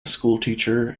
schoolteacher